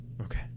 Okay